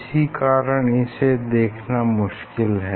इसी कारण इसे देखना मुश्किल है